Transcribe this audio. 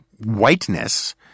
whiteness